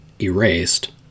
erased